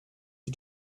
you